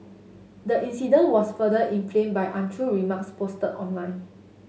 the incident was further inflamed by untrue remarks posted online